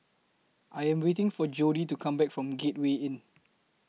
I Am waiting For Jody to Come Back from Gateway Inn